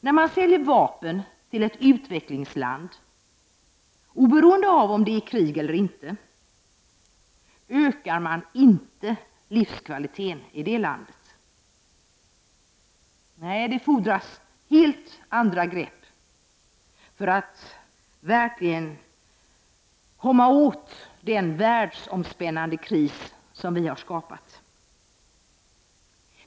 När man säljer vapen till ett utvecklingsland, oberoende av om det är i krig eller inte, ökar man inte livskvaliteten i det landet. Nej, det fordras helt andra grepp för att verkligen komma åt den världsomspännande kris som vi har skapat.